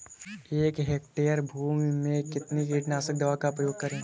एक हेक्टेयर भूमि में कितनी कीटनाशक दवा का प्रयोग करें?